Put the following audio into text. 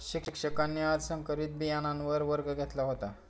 शिक्षकांनी आज संकरित बियाणांवर वर्ग घेतला होता